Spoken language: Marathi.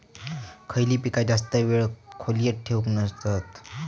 खयली पीका जास्त वेळ खोल्येत ठेवूचे नसतत?